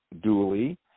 duly